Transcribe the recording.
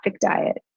diet